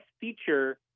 feature